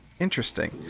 interesting